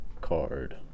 card